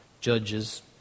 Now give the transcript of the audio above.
judges